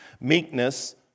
Meekness